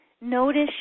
notice